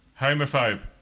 Homophobe